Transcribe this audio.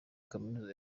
kaminuza